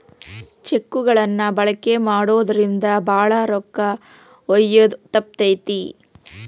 check ಗಳನ್ನ ಬಳಕೆ ಮಾಡೋದ್ರಿಂದ ಭಾಳ ರೊಕ್ಕ ಒಯ್ಯೋದ ತಪ್ತತಿ